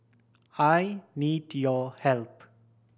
I need your help